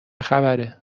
خبره